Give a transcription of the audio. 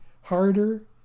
harder